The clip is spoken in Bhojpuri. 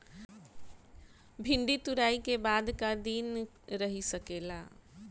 भिन्डी तुड़ायी के बाद क दिन रही सकेला?